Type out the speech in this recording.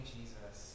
Jesus